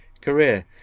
career